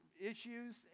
issues